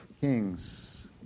kings